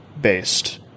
based